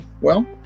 Well-